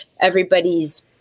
everybody's